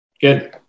Good